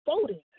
voting